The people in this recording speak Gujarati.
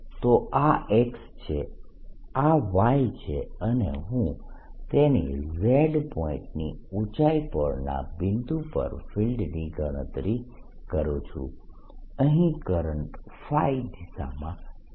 તો આ X છે આ Y છે અને હું તેની z પોઇન્ટની ઊંચાઈ પરના બિંદુ પર ફિલ્ડની ગણતરી કરું છું અહીં કરંટ દિશામાં છે